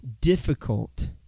difficult